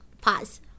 Pause